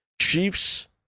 Chiefs